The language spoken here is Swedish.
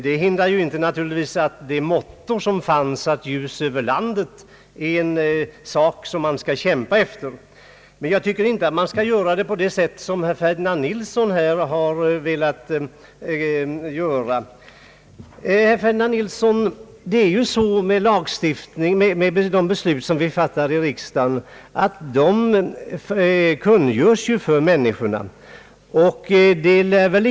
Det hindrar naturligtvis inte att mottot »Ljus över landet» är något man kan kämpa för, men inte på det sätt som herr Ferdinand Nilsson har velat göra. De beslut vi fattar i riksdagen kungörs ju för människorna, herr Ferdinand Nilsson.